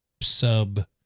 sub